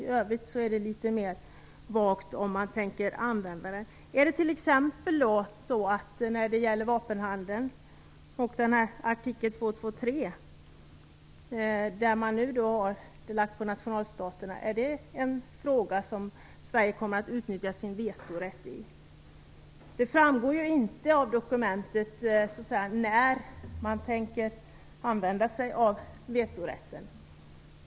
I övrigt är det litet mera vagt uttryckt huruvida man tänker använda sig av den. Vapenhandeln och artikel 223 ligger nu på nationalstaterna. Är detta en fråga där Sverige kommer att utnyttja sin vetorätt? Det framgår inte av dokumentet när man tänker använda sig av vetorätten.